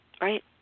Right